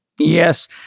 Yes